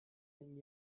ten